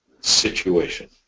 situation